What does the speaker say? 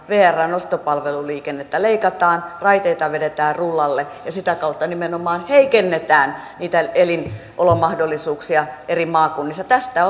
vrn ostopalveluliikennettä leikataan raiteita vedetään rullalle ja sitä kautta nimenomaan heikennetään niitä elinolomahdollisuuksia eri maakunnissa tästä